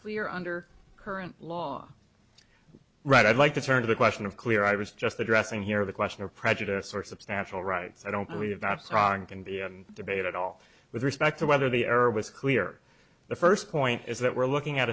clear under current law right i'd like to turn to the question of clear i was just addressing here the question of prejudice or substantial rights i don't believe that's wrong can be debate at all with respect to whether the error was clear the first point is that we're looking at